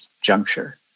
juncture